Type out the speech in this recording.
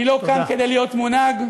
אני לא כאן כדי להיות מונהג.